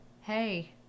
Hey